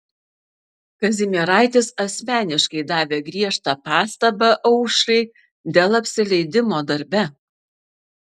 kazimieraitis asmeniškai davė griežtą pastabą aušrai dėl apsileidimo darbe